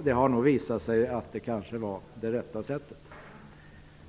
det har nog visat sig att de var de riktiga.